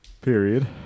Period